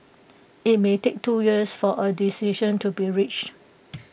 IT may take two years for A decision to be reached